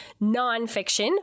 nonfiction